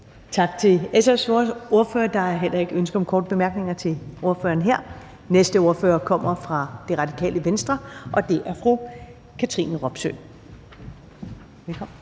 Tak til SF's ordfører. Der er heller ikke ønske om korte bemærkninger til ordføreren her. Næste ordfører kommer fra Radikale Venstre, og det er fru Katrine Robsøe. Velkommen.